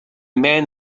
men